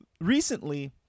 recently